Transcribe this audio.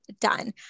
done